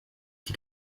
die